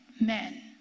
men